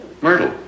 Myrtle